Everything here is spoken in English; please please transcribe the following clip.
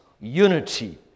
unity